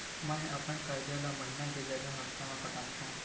मेंहा अपन कर्जा ला महीना के जगह हप्ता मा पटात हव